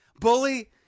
bully